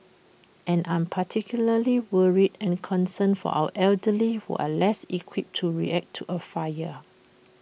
and I'm particularly worried and concerned for our elderly who are less equipped to react to A fire